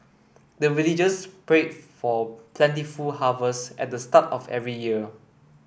the villagers pray for plentiful harvest at the start of every year